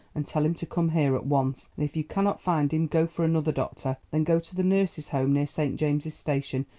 and tell him to come here at once, and if you cannot find him go for another doctor. then go to the nurses' home, near st. james' station,